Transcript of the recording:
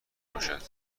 باشد